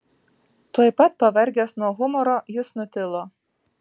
tuoj pat pavargęs nuo humoro jis nutilo